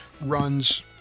runs